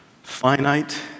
finite